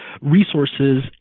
resources